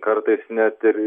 kartais net ir